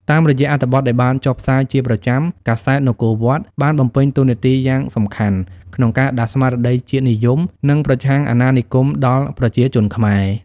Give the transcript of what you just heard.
តាមរយៈអត្ថបទដែលបានចុះផ្សាយជាប្រចាំ កាសែត នគរវត្ត បានបំពេញតួនាទីយ៉ាងសំខាន់ក្នុងការដាស់ស្មារតីជាតិនិយម និងប្រឆាំងអាណានិគមដល់ប្រជាជនខ្មែរ។